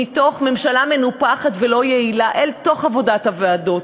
מתוך ממשלה מנופחת ולא יעילה אל תוך עבודת הוועדות,